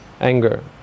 Anger